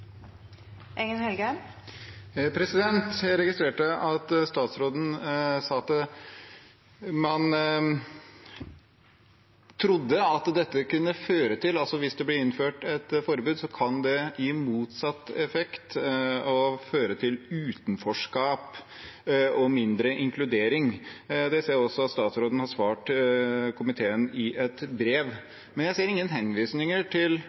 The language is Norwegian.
Jeg registrerte at statsråden sa at hvis det ble innført et forbud, kan det gi motsatt effekt og føre til utenforskap og mindre inkludering. Det ser jeg også at statsråden har svart komiteen i et brev. Men jeg ser ingen henvisninger til